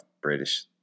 British